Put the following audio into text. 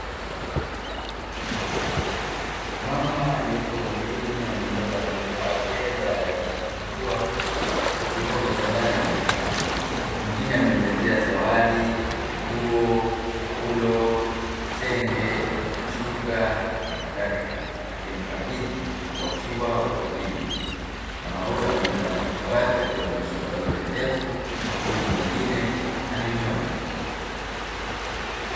Mama aliyeko wodini amembeba mtoto wake baada ya kujifungua, yupo kitandani amekaa. Mwingine amemletea zawadi, nguo, taulo, vitenge, mashuka na kadhalika akimkabidhi wakiwa wodini. Mama huyo amebeba mtoto wake akiwa amesuka nywele ndefu huyu mwingine amenyoa nywele.